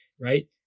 right